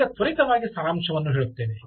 ಈಗ ತ್ವರಿತವಾಗಿ ಸಾರಾಂಶವನ್ನು ಹೇಳುತ್ತೇನೆ